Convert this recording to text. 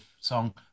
song